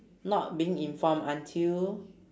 not being informed until